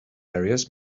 areas